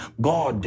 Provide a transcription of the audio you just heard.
God